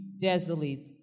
desolate